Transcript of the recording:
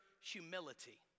humility